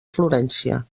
florència